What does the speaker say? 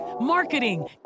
marketing